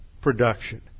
production